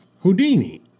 Houdini